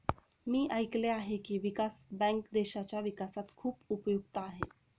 मी ऐकले आहे की, विकास बँक देशाच्या विकासात खूप उपयुक्त आहे